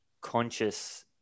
conscious